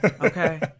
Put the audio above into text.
okay